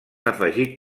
afegit